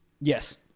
yes